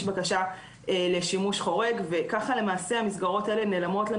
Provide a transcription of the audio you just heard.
בקשה לשימוש חורג וכך למעשה המסגרות האלה נעלמות לנו